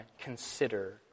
consider